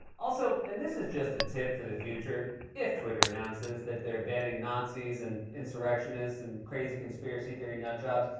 also and this is just a tip for the future if twitter announces that they're banning nazis and insurrectionists and crazy conspiracy-theory nut jobs,